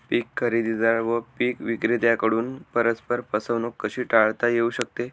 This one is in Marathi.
पीक खरेदीदार व पीक विक्रेत्यांकडून परस्पर फसवणूक कशी टाळता येऊ शकते?